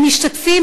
הם משתתפים